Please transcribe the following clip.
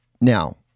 Now